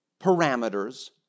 parameters